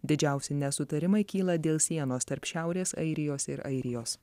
didžiausi nesutarimai kyla dėl sienos tarp šiaurės airijos ir airijos